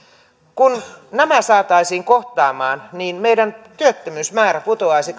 kun nämä saataisiin kohtaamaan niin meillä työttömyysmäärä putoaisi